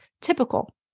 typical